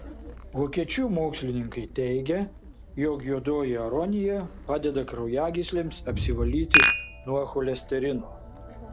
vokiečių mokslininkai teigia jog juodoji aronija padeda kraujagyslėmis apsivalyti nuo cholesterino